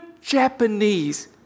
Japanese